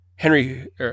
Henry